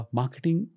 marketing